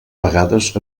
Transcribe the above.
vegades